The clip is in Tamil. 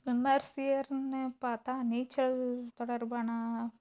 ஸ்விமர்ஸ் இயர்னு பார்த்தா நீச்சல் தொடர்பான